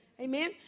Amen